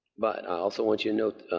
but i also want you to note,